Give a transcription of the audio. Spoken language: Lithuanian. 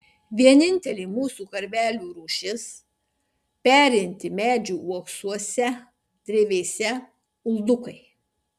vienintelė mūsų karvelių rūšis perinti medžių uoksuose drevėse uldukai